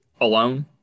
alone